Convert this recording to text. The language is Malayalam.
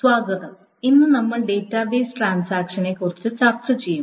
സ്വാഗതം ഇന്ന് നമ്മൾ ഡാറ്റാബേസ് ട്രാൻസാക്ഷനെ കുറിച്ച് ചർച്ച ചെയ്യും